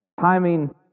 Timing